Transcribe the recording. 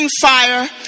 fire